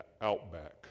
outback